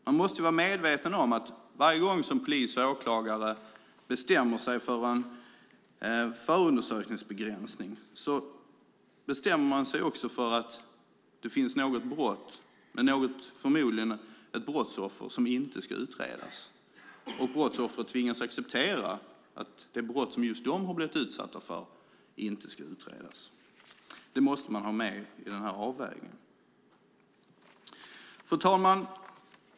Man måste vara medveten om att varje gång som polis och åklagare bestämmer sig för en förundersökningsbegränsning finns det förmodligen också brottsoffer som tvingas acceptera att det brott som just de utsattes för inte ska utredas. Det måste man ha med i avvägningen. Fru talman!